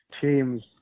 teams